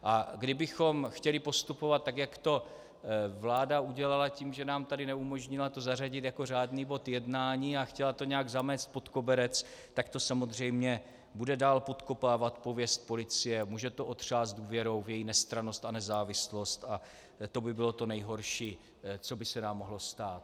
A kdybychom chtěli postupovat tak, jak to vláda udělala tím, že nám to tady neumožnila zařadit jako řádný bod jednání a chtěla to nějak zamést pod koberec, tak to samozřejmě bude dál podkopávat pověst policie, může to otřást důvěrou v její nestrannost a nezávislost a to by bylo to nejhorší, co by se nám mohlo stát.